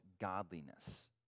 godliness